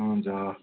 हुन्छ हवस्